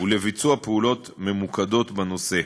ולביצוע פעולות ממוקדות בנושא.